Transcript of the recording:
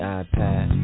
iPad